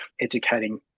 educating